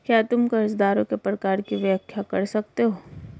क्या तुम कर्जदारों के प्रकार की व्याख्या कर सकते हो?